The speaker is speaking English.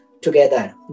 together